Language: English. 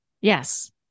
Yes